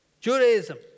Judaism